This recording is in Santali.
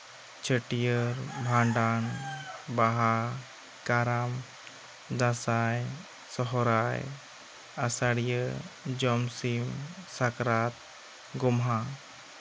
ᱪᱷᱟᱹᱴᱭᱟᱹᱨ ᱵᱷᱟᱸᱰᱟᱱ ᱵᱟᱦᱟ ᱠᱟᱨᱟᱢ ᱫᱟᱸᱥᱟᱭ ᱥᱚᱦᱨᱟᱭ ᱟᱥᱟᱲᱤᱭᱟᱹ ᱡᱚᱢᱥᱤᱢ ᱥᱟᱠᱨᱟᱛ ᱜᱚᱢᱦᱟ